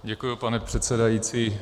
Děkuji, pane předsedající.